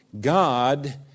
God